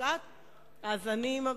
הלכתי אליו.